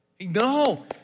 no